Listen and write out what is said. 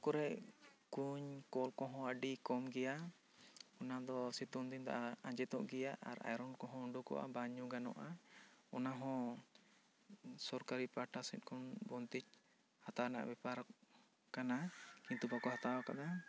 ᱟᱛᱳ ᱠᱚᱨᱮ ᱠᱩᱧ ᱠᱚᱦᱚᱸ ᱟᱹᱰᱤ ᱠᱚᱢ ᱜᱮᱭᱟ ᱚᱱᱟ ᱫᱚ ᱥᱤᱛᱩᱝ ᱫᱤᱱ ᱫᱚ ᱟᱸᱡᱮᱫᱚᱜ ᱜᱤᱭᱟ ᱟᱨ ᱟᱭᱨᱟᱱ ᱠᱚᱦᱚᱸ ᱩᱰᱩᱠᱚᱜᱼᱟ ᱵᱟᱝ ᱧᱩ ᱜᱟᱱᱚᱜᱼᱟ ᱚᱱᱟ ᱦᱚᱸ ᱥᱚᱨᱠᱟᱨ ᱯᱟᱦᱴᱟ ᱥᱮᱫ ᱠᱷᱚᱱ ᱵᱚᱱᱛᱮᱡᱽ ᱦᱟᱛᱟᱣᱟ ᱨᱮᱱᱟᱜ ᱵᱮᱯᱟᱨ ᱠᱟᱱᱟ ᱠᱤᱱᱛᱩ ᱵᱟᱠᱚ ᱦᱟᱛᱟᱣ ᱟᱠᱟᱫᱟ